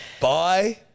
Bye